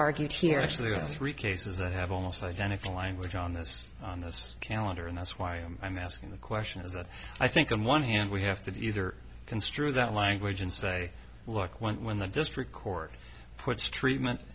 argued here actually three cases that have almost identical language on this on this calendar and that's why i'm asking the question is that i think on one hand we have to either construe that language and say look when when the district court puts treatment